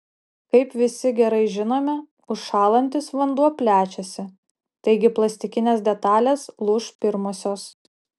kaip visi gerai žinome užšąlantis vanduo plečiasi taigi plastikinės detalės lūš pirmosios